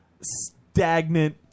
stagnant